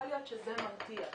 יכול להיות שזה מרתיע.